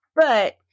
But-